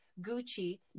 gucci